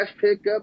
pickup